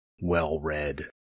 well-read